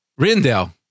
Rindell